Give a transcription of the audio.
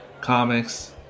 comics